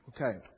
Okay